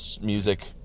music